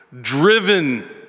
driven